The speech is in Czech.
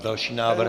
Další návrh.